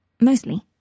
mostly